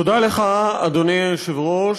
תודה לך, אדוני היושב-ראש.